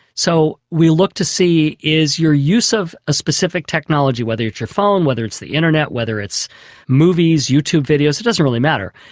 so we look to see is your use of a specific technology, whether it's your phone, whether it's the internet, whether it's the movies, youtube videos, it doesn't really matter,